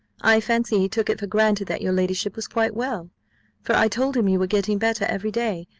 i fancy he took it for granted that your ladyship was quite well for i told him you were getting better every day,